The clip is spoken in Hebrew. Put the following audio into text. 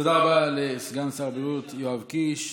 תודה רבה לסגן שר הבריאות יואב קיש.